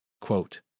Quote